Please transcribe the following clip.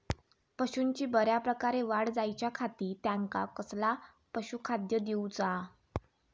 पशूंची बऱ्या प्रकारे वाढ जायच्या खाती त्यांका कसला पशुखाद्य दिऊचा?